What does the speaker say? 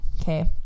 okay